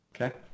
Okay